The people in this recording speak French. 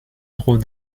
trouve